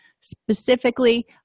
specifically